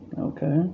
Okay